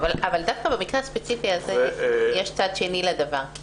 דווקא במקרה הספציפי הזה יש צד שני לדבר כי